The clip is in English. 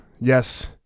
yes